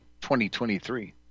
2023